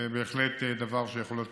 זה בהחלט דבר שיכול להיות